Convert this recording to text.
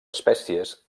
espècies